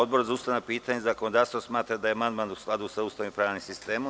Odbor za ustavna pitanja i zakonodavstvo smatra da je amandman u skladu sa Ustavom i pravnim sistemom.